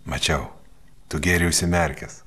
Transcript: mačiau tu gėrei užsimerkęs